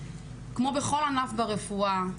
כמו כל ענף ברופאה,